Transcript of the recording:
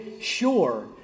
sure